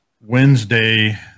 Wednesday